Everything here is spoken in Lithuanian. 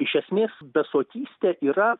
iš esmės besotystė yra